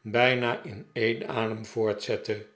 bijna in een adem voortzette